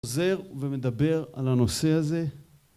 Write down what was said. עוזר ומדבר על הנושא הזה